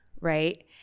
Right